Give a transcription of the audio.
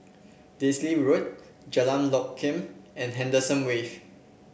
Daisy Road Jalan Lokam and Henderson Wave